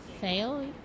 fail